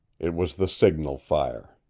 it was the signal fire.